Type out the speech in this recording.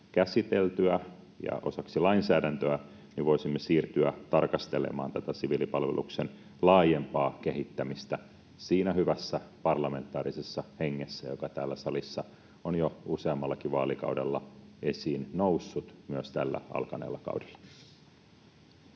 käsiteltyä ja osaksi lainsäädäntöä, niin voisimme siirtyä tarkastelemaan tätä siviilipalveluksen laajempaa kehittämistä siinä hyvässä parlamentaarisessa hengessä, joka täällä salissa on jo useammallakin vaalikaudella esiin noussut, myös tällä alkaneella kaudella.